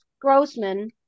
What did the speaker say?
Grossman